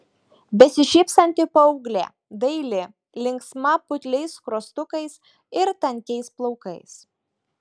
besišypsanti paauglė daili linksma putliais skruostukais ir tankiais plaukais